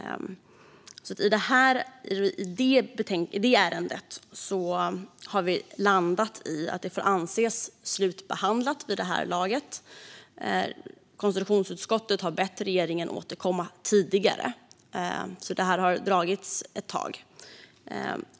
I det ärendet har vi landat i att det får anses slutbehandlat vid det här laget. Konstitutionsutskottet har tidigare bett regeringen återkomma, så detta har dragits ett tag.